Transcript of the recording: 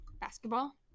Basketball